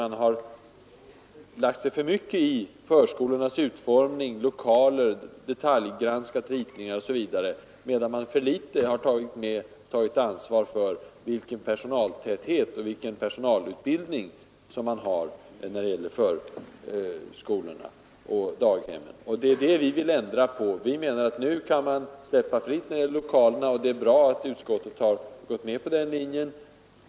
Man har lagt sig för mycket i förskolornas utformning och lokaler och detaljgranskat ritningar osv., medan man har tagit för litet ansvar för personaltätheten. Det vill vi ändra på. Nu kan man släppa lokalerna fria. Det är bra att utskottet gått på den linjen.